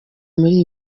muri